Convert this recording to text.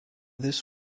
this